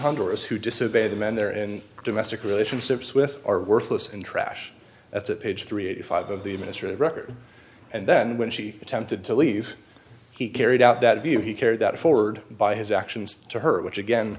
honduras who disobey the men there and domestic relationships with are worthless and try ash that's at page three eighty five of the minister of record and then when she attempted to leave he carried out that view he carried that forward by his actions to her which